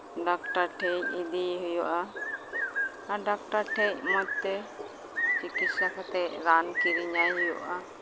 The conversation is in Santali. ᱰᱟᱠᱛᱟᱨ ᱴᱷᱮᱡ ᱤᱫᱤᱭᱮ ᱦᱩᱭᱩᱜᱼᱟ ᱟᱨ ᱰᱟᱠᱛᱟᱨ ᱴᱷᱮᱡ ᱢᱚᱡᱽᱛᱮ ᱪᱤᱠᱤᱥᱥᱟ ᱠᱟᱛᱮ ᱨᱟᱱ ᱠᱤᱨᱤᱧᱟᱭ ᱦᱩᱭᱩᱜᱼᱟ